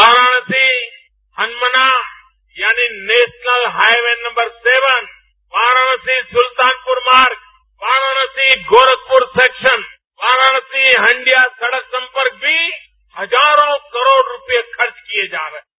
वाराणसी हनुमना यानी national highway number seven Varanasi Sultanpur मार्ग Varanasi Gorakhpur section Varanasi Handia सड़क संपर्क भी हजारों करोड़ रुपये खर्च किए जा रहे हैं